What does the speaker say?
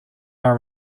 are